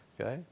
okay